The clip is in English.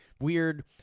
weird